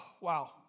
wow